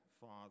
Father